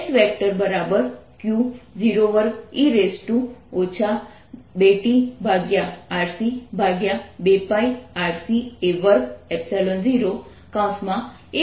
તો આ S Q02e 2tRC2πRC a20 1s sa2 z છે જે S Q02e 2tRC2πRC a201s sa2 r છે